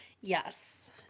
Yes